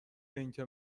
اینکه